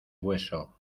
hueso